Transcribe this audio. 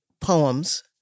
poems